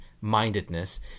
mindedness